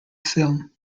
film